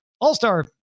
all-star